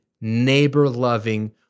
neighbor-loving